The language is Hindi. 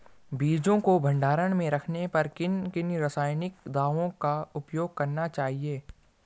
बीजों को भंडारण में रखने पर किन किन रासायनिक दावों का उपयोग करना चाहिए?